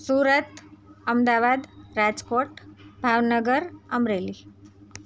Surat Ahmedabad Rajkot Bhavnagar Amreli